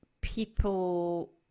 people